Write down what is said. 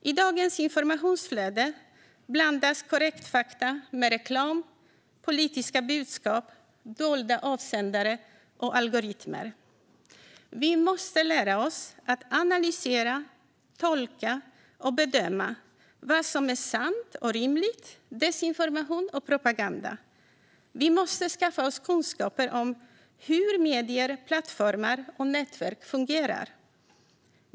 I dagens informationsflöde blandas korrekta fakta med reklam, politiska budskap, dolda avsändare och algoritmer. Vi måste lära oss att analysera, tolka och bedöma vad som är sant och rimligt och vad som är desinformation och propaganda. Vi måste skaffa oss kunskaper om hur medier, plattformar och nätverk fungerar.